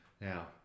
Now